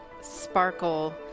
sparkle